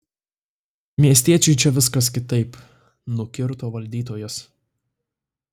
miestiečiui čia viskas kitaip nukirto valdytojas